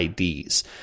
IDs